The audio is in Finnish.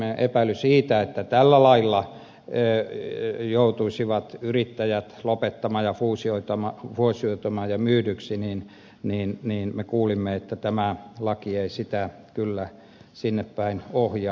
kankaanniemi epäili että tällä lailla yrittäjät joutuisivat lopettamaan ja fuusioitumaan ja myydyiksi me kuulimme että tämä laki ei sitä kyllä sinnepäin ohjaa